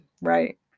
right